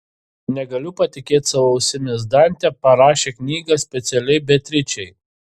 negaliu patikėti savo ausimis dantė parašė knygą specialiai beatričei